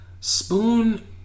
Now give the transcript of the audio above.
Spoon